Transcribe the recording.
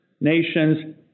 nations